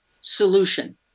solution